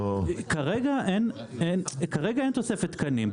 כרגע אין תוספת תקנים.